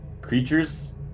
creatures